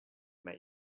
make